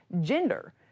gender